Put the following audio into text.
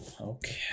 okay